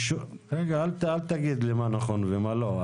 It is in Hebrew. רגע, אל תגיד לי מה נכון ומה לא.